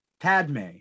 Padme